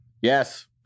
Yes